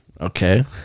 Okay